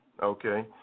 Okay